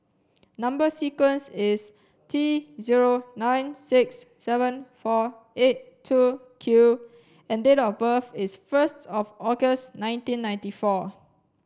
Number sequence is T zero nine six seven four eight two Q and date of birth is first of August nineteen ninety four